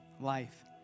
life